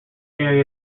carry